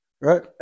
Right